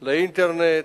באינטרנט,